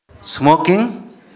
Smoking